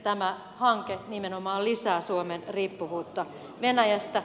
tämä hanke nimenomaan lisää suomen riippuvuutta venäjästä